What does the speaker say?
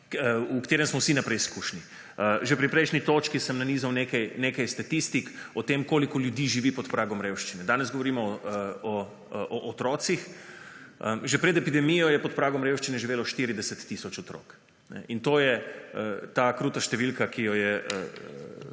v katerem smo vsi na preizkušnji. Že pri prejšnji točki sem nanizal nekaj statistik o tem, koliko ljudi živi pod pragom revščine. Danes govorimo o otrocih. Že pred epidemijo je pod pragom revščine živelo 40 tisoč otrok. In to je, ta kruta številka, ki jo je,